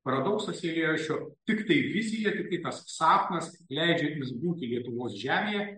paradoksas eilėraščio tiktai vizija tiktai tas sapnas leidžiantis būti lietuvos žemėje